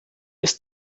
ist